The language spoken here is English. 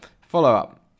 follow-up